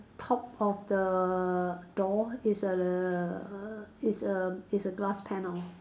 top of the door is a is a is a glass panel